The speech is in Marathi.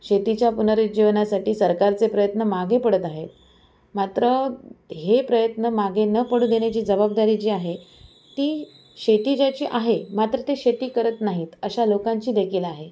शेतीच्या पुनरुज्जीवनासाटी सरकारचे प्रयत्न मागे पडत आहेत मात्र हे प्रयत्न मागे न पडू देण्याची जबाबदारी जी आहे ती शेती ज्याची आहे मात्र ते शेती करत नाहीत अशा लोकांचीदेखील आहे